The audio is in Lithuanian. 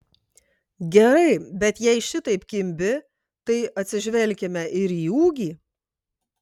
gerai bet jei šitaip kimbi tai atsižvelkime ir į ūgį